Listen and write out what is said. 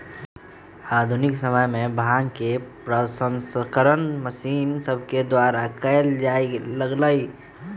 आधुनिक समय में भांग के प्रसंस्करण मशीन सभके द्वारा कएल जाय लगलइ